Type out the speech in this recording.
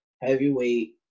Heavyweight